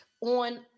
on